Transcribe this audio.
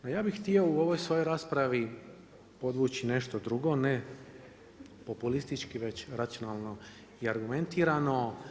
No ja bi htio u ovoj svoj raspravi podvući nešto drugo, ne populistički, već racionalno i argumentirano.